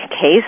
case